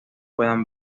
puedan